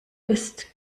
ist